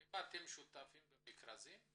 האם אתם שותפים במכרזים?